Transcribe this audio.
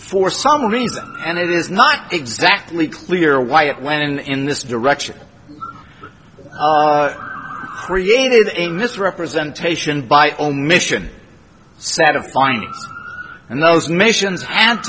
for some reason and it is not exactly clear why it went in in this direction created a misrepresentation by omission set of finding and those missions